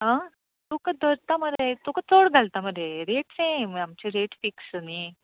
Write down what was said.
आं तुका धरतां मरे तुका चड घालता मरे रेट सेम आमची रेट फिक्स न्हय